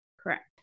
correct